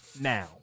now